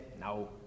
No